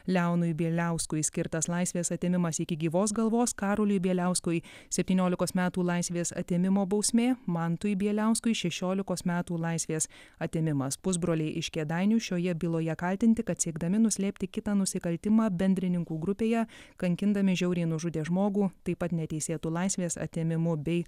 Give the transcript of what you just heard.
leonui bieliauskui skirtas laisvės atėmimas iki gyvos galvos karoliui bieliauskui septyniolikos metų laisvės atėmimo bausmė mantui bieliauskui šešiolikos metų laisvės atėmimas pusbroliai iš kėdainių šioje byloje kaltinti kad siekdami nuslėpti kitą nusikaltimą bendrininkų grupėje kankindami žiauriai nužudė žmogų taip pat neteisėtu laisvės atėmimu bei